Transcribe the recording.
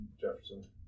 Jefferson